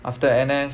after N_S